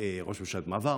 ראש ממשלת המעבר,